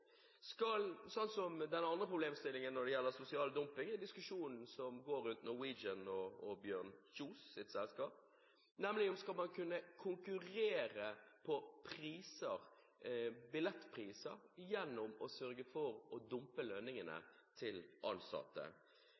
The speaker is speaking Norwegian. Den andre problemstillingen når det gjelder sosial dumping, er diskusjonen om Norwegian, Bjørn Kjos’ selskap, nemlig om man skal kunne konkurrere på billettpriser gjennom å dumpe lønningene til ansatte.